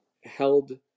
held